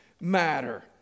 matter